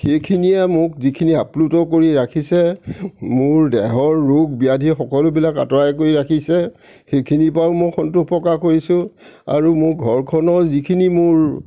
সেইখিনিয়ে মোক যিখিনি আপ্লুত কৰি ৰাখিছে মোৰ দেহৰ ৰোগ ব্যাধি সকলোবিলাক আঁতৰাই কৰি ৰাখিছে সেইখিনিৰপৰাও মই সন্তোষ প্ৰকাশ কৰিছোঁ আৰু মোৰ ঘৰখনৰ যিখিনি মোৰ